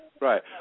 Right